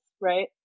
right